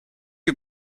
you